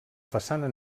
façana